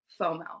FOMO